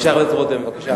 חבר הכנסת רותם, בבקשה.